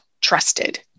trusted